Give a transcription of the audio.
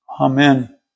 Amen